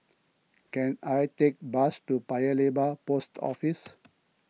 can I take a bus to Paya Lebar Post Office